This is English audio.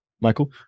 Michael